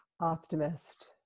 optimist